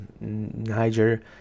Niger